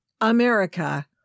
America